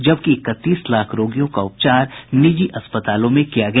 जबकि इकतीस लाख रोगियों का उपचार निजी अस्पतालों में किया गया